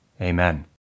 Amen